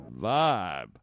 vibe